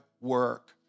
work